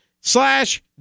slash